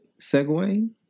segue